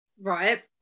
Right